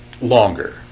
longer